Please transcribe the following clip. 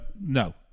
No